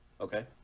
Okay